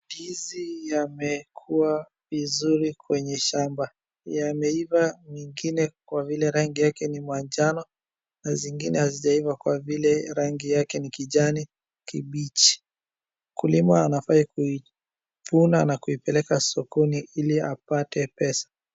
Ndizi yamekuwa vizuri kwenye shamba, yameiva nyingine kwa vile rangi yake ni majano na zingine hazijaiva kwa vile rangi yake ni kijani kibichi. Mkulima anafaa kuivuna na kuipeleka sokoni ili apatepesa.